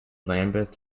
lambeth